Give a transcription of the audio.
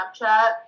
Snapchat